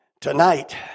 Tonight